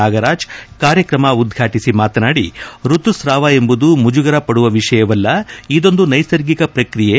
ನಾಗರಾಜ್ ಕಾರ್ಕ್ರಮ ಉದ್ಘಾಟಿಸಿ ಮಾತನಾದಿ ಋತುಸ್ರಾವ ಎಂಬುದು ಮುಜುಗರ ಪದುವ ವಿಷಯವಲ್ಲ ಇದೊಂದು ನೈಸರ್ಗಿಕ ಪ್ರಕ್ರಿಯೆ